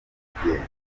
nyabagendwa